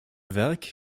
werk